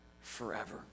forever